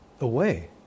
away